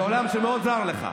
זה עולם שמאוד זר לך.